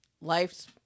life's